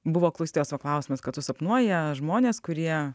buvo klausytojos va klausimas kad susapnuoja žmones kurie